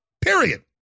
period